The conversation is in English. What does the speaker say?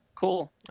cool